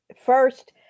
first